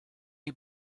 you